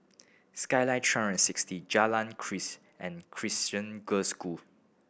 Skyline three and sixty Jalan Keris and Crescent Girls School